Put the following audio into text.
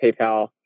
PayPal